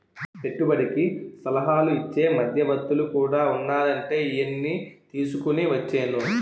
పెట్టుబడికి సలహాలు ఇచ్చే మధ్యవర్తులు కూడా ఉన్నారంటే ఈయన్ని తీసుకుని వచ్చేను